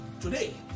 today